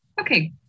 Okay